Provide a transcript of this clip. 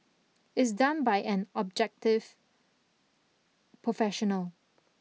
is done by an objective professional